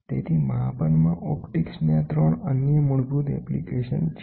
તેથી માપનમાં ઓપ્ટિક્સની આ 3 અન્ય મૂળભૂત એપ્લિકેશન છે